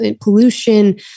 pollution